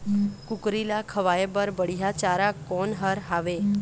कुकरी ला खवाए बर बढीया चारा कोन हर हावे?